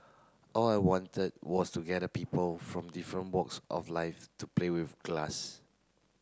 all I wanted was to gather people from different walks of life to play with glass